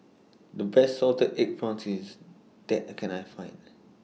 The Best Salted Egg Prawns IS that I Can I Find